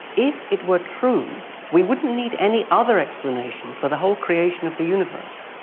if it were true we wouldn't need any other explanation for the whole creation of the universe.